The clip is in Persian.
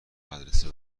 مدرسه